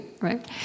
right